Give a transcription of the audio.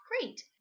Great